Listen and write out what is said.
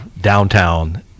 downtown